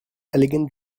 elegant